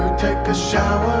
to the show